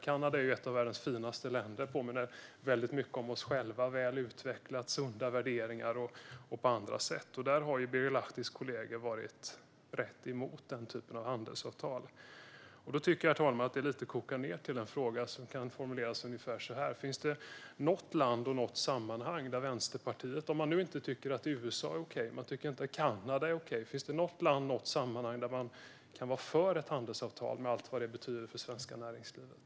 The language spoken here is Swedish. Kanada är ett av världens finaste länder. Det påminner väldigt mycket om oss själva: väl utvecklat med sunda värderingar och så vidare. Birger Lahtis kolleger har varit ganska mycket emot den typen av handelsavtal, och då tycker jag, herr talman, att det lite grann kokar ned till en fråga som kan formuleras ungefär så här: Om man nu inte tycker att USA eller Kanada är okej, finns det då något land och något sammanhang där man kan vara för ett handelsavtal med allt vad det betyder för det svenska näringslivet?